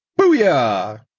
booyah